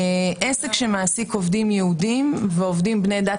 עסק שמעסיק עובדים יהודים ועובדים בני דת